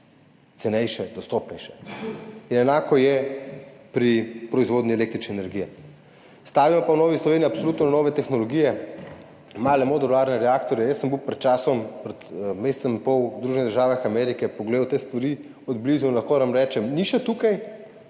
cenejše, dostopnejše. Enako je pri proizvodnji električne energije. V Novi Sloveniji pa absolutno stavimo na nove tehnologije, male modularne reaktorje. Jaz sem bil pred časom, pred mesecem in pol v Združenih državah Amerike, pogledal sem te stvari od blizu in lahko vam rečem, ni še tukaj,